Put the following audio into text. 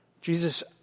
Jesus